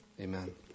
amen